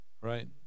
Right